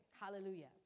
Hallelujah